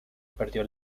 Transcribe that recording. perdió